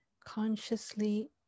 Consciously